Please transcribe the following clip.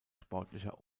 sportlicher